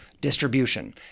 distribution